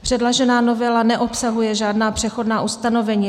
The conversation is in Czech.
Předložená novela neobsahuje žádná přechodná ustanovení.